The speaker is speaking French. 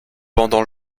pendant